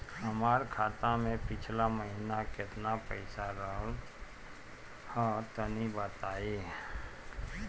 हमार खाता मे पिछला महीना केतना पईसा रहल ह तनि बताईं?